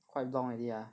quite long already ya